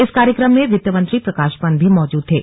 इस कार्यक्रम में वित्त मंत्री प्रकाश पंत भी मौजूद थे